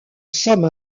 somme